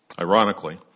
Ironically